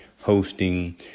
hosting